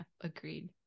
agreed